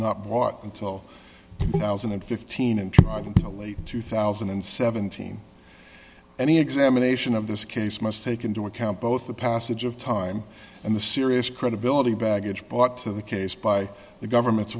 not brought until two thousand and fifteen and a late two thousand and seventeen any examination of this case must take into account both the passage of time and the serious credibility baggage brought to the case by the government's